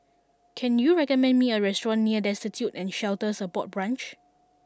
can you recommend me a restaurant near Destitute and Shelter Support Branch